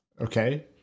Okay